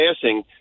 passing